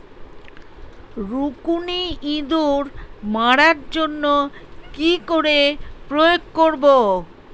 রুকুনি ইঁদুর মারার জন্য কি করে প্রয়োগ করব?